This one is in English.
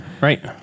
right